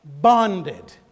Bonded